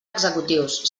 executius